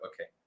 okay